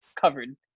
covered